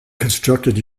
constructed